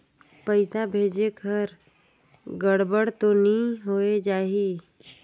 पइसा भेजेक हर गड़बड़ तो नि होए जाही?